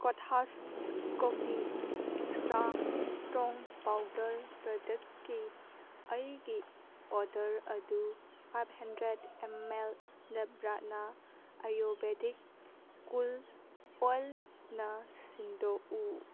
ꯀꯣꯊꯥꯁ coffee extra strong powder ꯄ꯭ꯔꯗꯛꯀꯤ ꯑꯩꯒꯤ order ꯑꯗꯨ ꯐꯥꯏꯕ ꯍꯟꯗ꯭ꯔꯦꯗ ꯑꯦꯝ ꯑꯦꯜꯅ ꯅꯕꯔꯠꯅꯥ ꯑꯌꯨꯔꯕꯦꯗꯤꯛ ꯀꯨꯜ ꯑꯣꯏꯜꯅ ꯁꯤꯟꯗꯣꯛꯎ